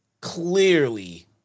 clearly